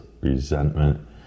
resentment